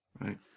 right